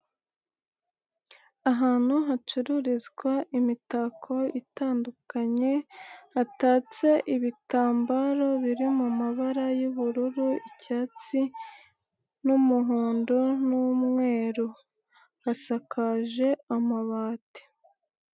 Ahantu hacururizwa imitako itandukanye hatatse ibitambaro biri mu mabara y'ubururu, icyatsi n'umuhondo n'umweru asakaje amabati.